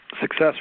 success